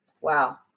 Wow